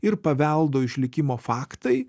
ir paveldo išlikimo faktai